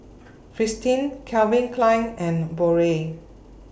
Fristine Calvin Klein and Biore